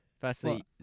Firstly